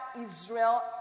Israel